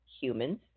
humans